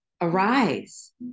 arise